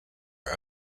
are